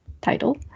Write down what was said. title